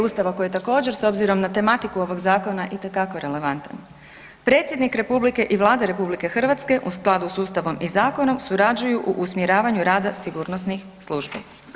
Ustava koji također s obzirom na tematiku ovog zakona itekako relevantan, predsjednik Republike i Vlada RH u skladu s Ustavom i zakonom surađuju u usmjeravanju rada sigurnosnih službi.